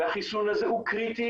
והחיסון הזה הוא קריטי,